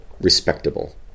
respectable